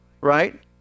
right